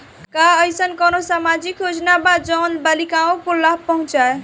का अइसन कोनो सामाजिक योजना बा जोन बालिकाओं को लाभ पहुँचाए?